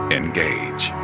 engage